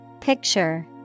Picture